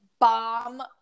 bomb